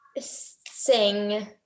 sing